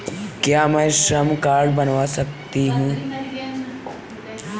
क्या मैं श्रम कार्ड बनवा सकती हूँ?